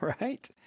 Right